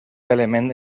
element